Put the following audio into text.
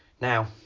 Now